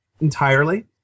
entirely